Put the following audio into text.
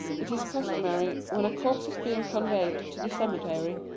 it is custom ary when a corpse is being conveyed to the cemetery,